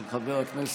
של חבר הכנסת